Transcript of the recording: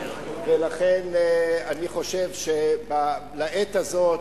ולכן אני חושב שלעת הזאת,